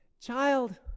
Child